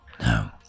No